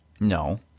No